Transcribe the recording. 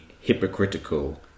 hypocritical